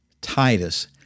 Titus